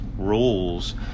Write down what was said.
rules